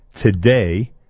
today